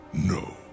No